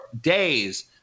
days